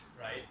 right